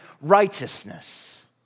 righteousness